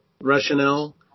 rationale